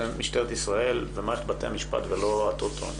זו משטרת ישראל ומערכת בתי-המשפט ולא הטוטו.